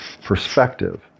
perspective